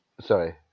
Sorry